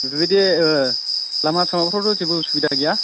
बेफोरबायदि ओ लामा सामाफ्रावथ' जेबो उसुबिदा आरि गैया